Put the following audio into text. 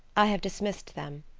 i have dismissed them.